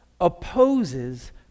opposes